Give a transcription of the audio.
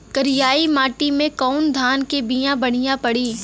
करियाई माटी मे कवन धान के बिया बढ़ियां पड़ी?